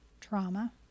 trauma